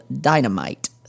Dynamite